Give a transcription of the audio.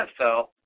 NFL